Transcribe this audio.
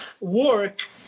work